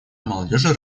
молодежи